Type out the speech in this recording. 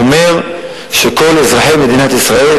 אומר שכל אזרחי מדינת ישראל,